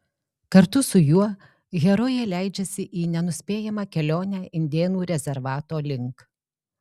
kartu su juo herojė leidžiasi į nenuspėjamą kelionę indėnų rezervato link